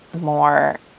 more